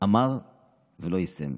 אמר ולא יישם.